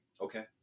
Okay